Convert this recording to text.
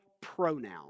pronoun